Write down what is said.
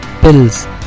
pills